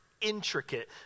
intricate